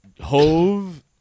Hove